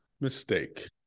mistake